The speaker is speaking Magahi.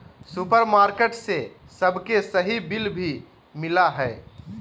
सुपरमार्केट से सबके सही बिल भी मिला हइ